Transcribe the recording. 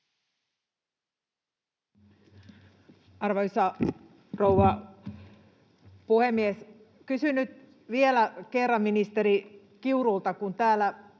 Arvoisa rouva puhemies! Kysyn nyt vielä kerran ministeri Kiurulta, kun täällä